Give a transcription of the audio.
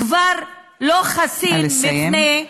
כבר לא חסין, נא לסיים.